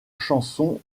chanson